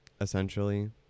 essentially